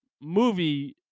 movie